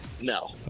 no